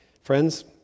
Friends